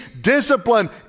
discipline